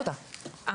אז,